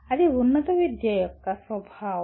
అది ఉన్నత విద్య యొక్క స్వభావం